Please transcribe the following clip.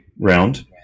round